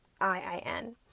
IIN